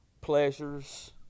pleasures